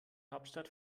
hauptstadt